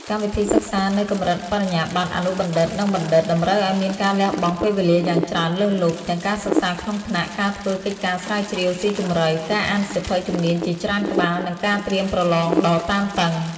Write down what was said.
កម្មវិធីសិក្សានៅកម្រិតបរិញ្ញាបត្រ អនុបណ្ឌិត និងបណ្ឌិត តម្រូវឱ្យមានការលះបង់ពេលវេលាយ៉ាងច្រើនលើសលប់ ទាំងការសិក្សាក្នុងថ្នាក់ ការធ្វើកិច្ចការស្រាវជ្រាវស៊ីជម្រៅ ការអានសៀវភៅជំនាញជាច្រើនក្បាល និងការត្រៀមប្រលងដ៏តានតឹង។